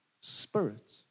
spirit